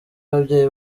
ababyeyi